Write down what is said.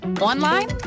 Online